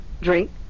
Drink